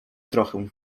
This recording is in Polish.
trochę